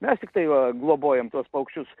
mes tiktai va globojam tuos paukščius